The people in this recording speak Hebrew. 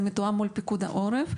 זה מתואם מול פיקוד העורף.